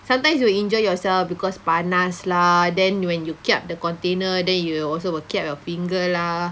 sometimes you'll injure yourself because panas lah then when you kiap the container then you also will kiap your finger lah